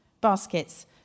Baskets